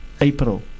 April